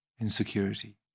insecurity